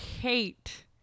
hate